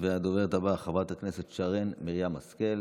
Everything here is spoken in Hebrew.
הדוברת הבאה, חברת הכנסת שרן מרים השכל.